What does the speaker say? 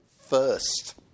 first